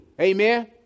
Amen